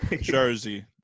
Jersey